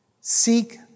Seek